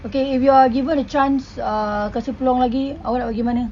okay if you are given a chance ah kasi peluang lagi awak nak pergi mana